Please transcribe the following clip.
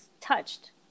touched